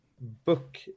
Book